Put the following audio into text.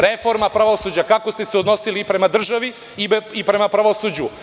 Reforma pravosuđa je kako ste se odnosili prema državi i prema pravosuđu.